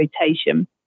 rotation